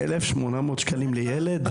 1,800 שקלים לילד?